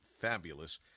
fabulous